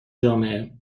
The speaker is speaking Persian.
جامعه